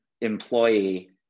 employee